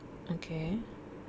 okay